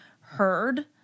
heard